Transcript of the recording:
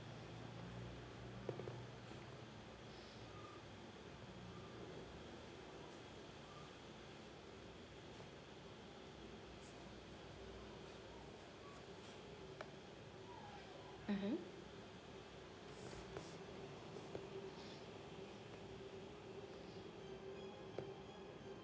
(uh huh)